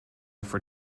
for